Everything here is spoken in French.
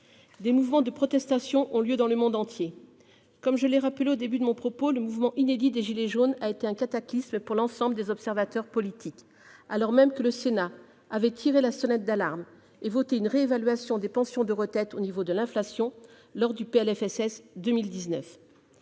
Des mouvements de protestation ont lieu dans le monde entier. Comme je l'ai rappelé au début de mon propos, le mouvement inédit des « gilets jaunes » a été un cataclysme pour l'ensemble des observateurs politiques, alors même que le Sénat avait tiré la sonnette d'alarme et voté une réévaluation des pensions de retraite au niveau de l'inflation lors de l'examen